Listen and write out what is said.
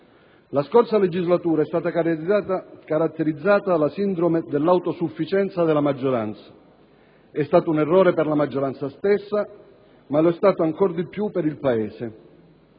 La scorsa legislatura è stata caratterizzata dalla sindrome dell'autosufficienza della maggioranza: è stato un errore per la maggioranza stessa, ma lo è stato ancora di più per il Paese.